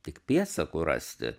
tik pėdsakų rasti